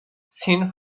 seen